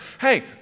Hey